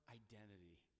identity